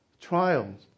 trials